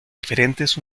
diferentes